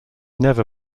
never